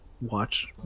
watch